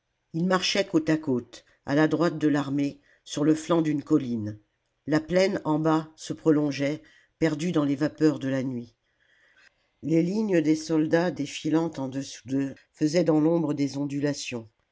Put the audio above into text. ils marchaient côte à côte à la droite de l'armée sur le flanc d'une colline la plaine en bas se prolongeait perdue dans les vapeurs de la nuit les lignes des soldats défilant au-dessous d'eux faisaient dans l'ombre des ondulations